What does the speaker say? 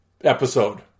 episode